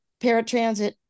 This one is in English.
paratransit